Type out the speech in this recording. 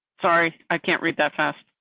sorry, i can't read that fast.